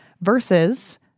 versus